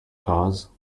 cause